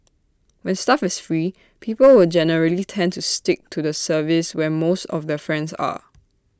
when stuff is free people will generally tend to stick to the service where most of their friends are